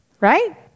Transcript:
Right